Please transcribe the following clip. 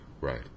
Right